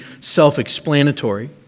self-explanatory